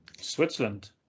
Switzerland